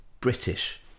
British